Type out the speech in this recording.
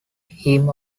him